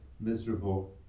miserable